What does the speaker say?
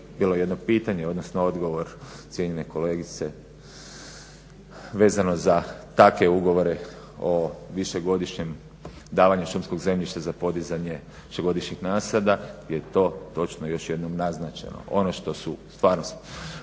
bilo jedno pitanje, odnosno odgovor cijenjene kolegice vezano za takve ugovore o višegodišnjem davanju šumskog zemljišta za podizanje višegodišnjih nasada je to točno još jednom naznačeno. Ono što su stvarno